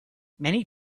many